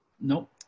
Nope